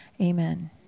Amen